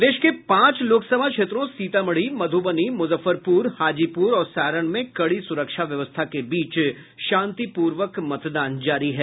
प्रदेश के पांच लोकसभा क्षेत्रों सीतामढ़ी मध्ुबनी मुजफ्फरपुर हाजीपुर और सारण में कड़ी सुरक्षा व्यवस्था के बीच शांतिपूर्वक मतदान जारी है